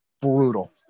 brutal